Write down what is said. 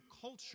culture